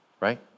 Right